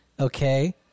Okay